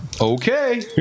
Okay